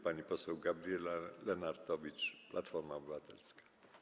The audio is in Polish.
Pani poseł Gabriela Lenartowicz, Platforma Obywatelska.